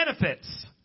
benefits